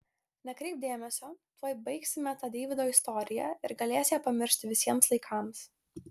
nekreipk dėmesio tuoj baigsime tą deivydo istoriją ir galės ją pamiršti visiems laikams